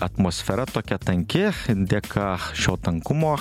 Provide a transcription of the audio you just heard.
atmosfera tokia tanki dėka šio tankumo